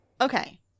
Okay